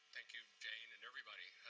thank you, jane, and everybody.